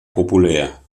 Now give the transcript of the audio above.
populär